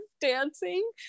dancing